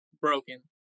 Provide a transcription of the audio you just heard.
broken